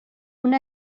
una